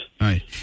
Right